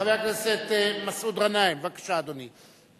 חבר הכנסת מסעוד גנאים, בבקשה, אדוני.